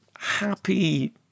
Happy